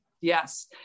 Yes